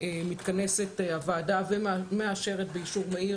מתכנסת הוועדה ומאשרת באישור מהיר,